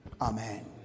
amen